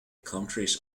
counties